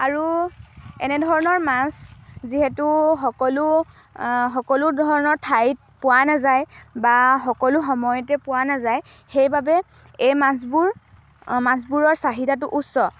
আৰু এনেধৰণৰ মাছ যিহেতু সকলো সকলো ধৰণৰ ঠাইত পোৱা নাযায় বা সকলো সময়তে পোৱা নাযায় সেইবাবে এই মাছবোৰ মাছবোৰৰ চাহিদাটো উচ্চ